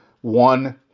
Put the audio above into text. One